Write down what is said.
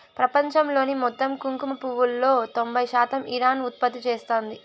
ప్రపంచంలోని మొత్తం కుంకుమ పువ్వులో తొంబై శాతం ఇరాన్ ఉత్పత్తి చేస్తాంది